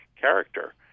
character